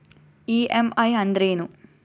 EMI ಅಂದ್ರೇನು?